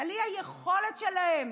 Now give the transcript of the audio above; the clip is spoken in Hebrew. על האי-יכולת שלהם